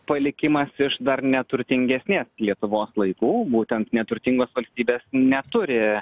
palikimas iš dar neturtingesnės lietuvos laikų būtent neturtingos valstybės neturi